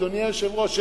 אדוני היושב-ראש,